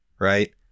right